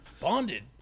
Bonded